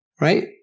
right